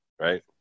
right